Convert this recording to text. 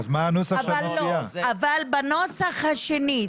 בנוסח השני,